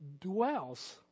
dwells